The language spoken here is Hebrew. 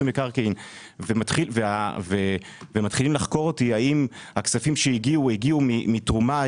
מקרקעין ומתחילים לחקור אותי האם הכספים הגיעו מתרומה.